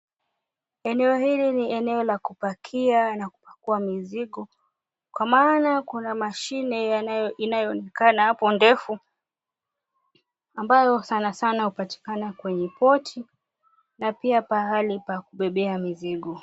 Eneo hili ni eneo la kupakia na kupakia mizigo kwa maana kuna mashine inayoonekana hapo ndefu ambayo sana sana hupatikana kwenye port na pia pahali pa kubebea mizigo.